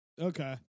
Okay